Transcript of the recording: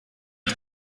twe